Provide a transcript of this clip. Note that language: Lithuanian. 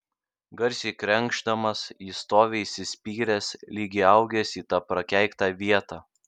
garsiai krenkšdamas jis stovi įsispyręs lyg įaugęs į tą prakeiktą vietą